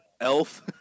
Elf